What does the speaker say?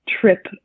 trip